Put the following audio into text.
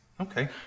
Okay